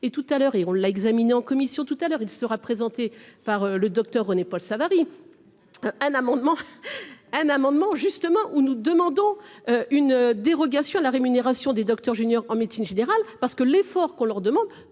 et tout à l'heure et on l'a examiné en commission tout à l'heure, il sera présenté par le Docteur René-Paul Savary, un amendement un amendement justement où nous demandons une dérogation à la rémunération des docteurs juniors en médecine générale parce que l'effort qu'on leur demande